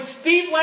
Steve